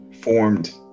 formed